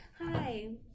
hi